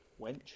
wench